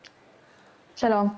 שלום,